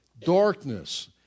Darkness